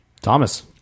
Thomas